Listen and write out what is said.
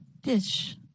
Dish